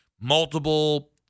multiple